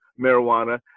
marijuana